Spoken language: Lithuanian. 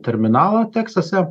terminalą teksase